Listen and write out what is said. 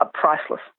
priceless